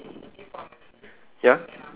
and then beside that is a plus